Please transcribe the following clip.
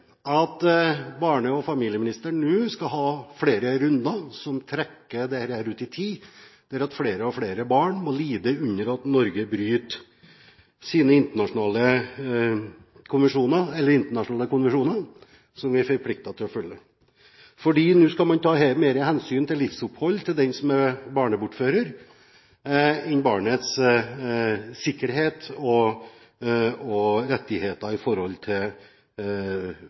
at barne- og familieministeren nå skal ha flere runder som trekker dette ut i tid, slik at flere og flere barn må lide under at Norge bryter internasjonale konvensjoner som vi er forpliktet til å følge. For nå skal man ta mer hensyn til livsopphold til den som er barnebortfører, enn barnets sikkerhet og rettigheter til